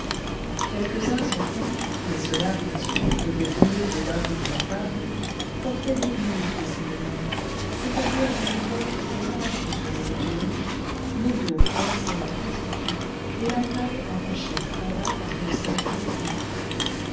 bout de la table portaient des blouses de cérémonie c'est-à-dire dont le col était rabattu sur les épaules le dos froncé à petits plis et la taille attachée très bas par une ceinture cousue